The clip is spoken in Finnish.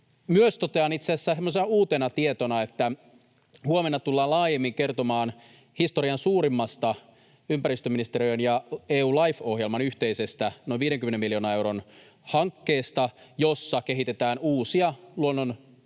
Myös totean itse asiassa semmoisena uutena tietona, että huomenna tullaan laajemmin kertomaan historian suurimmasta ympäristöministeriön ja EU:n Life-ohjelman yhteisestä, noin 50 miljoonan euron hankkeesta, jossa kehitetään uusia luonnon tilan